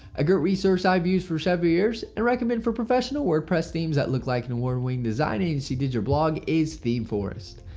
a great resource i have used for several years and recommend for professional wordpress themes that look like an award-winning design agency did your blog is themeforest.